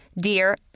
dear